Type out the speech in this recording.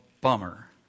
bummer